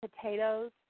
Potatoes